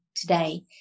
today